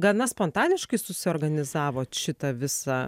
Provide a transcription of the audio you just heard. gana spontaniškai susiorganizavot šitą visą